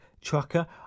trucker